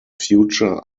future